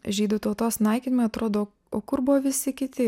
žydų tautos naikinimai atrodo o kur buvo visi kiti